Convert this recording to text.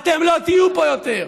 אתם לא תהיו פה יותר.